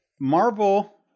marvel